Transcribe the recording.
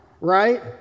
right